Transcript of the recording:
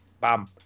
Bam